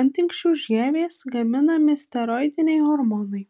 antinksčių žievės gaminami steroidiniai hormonai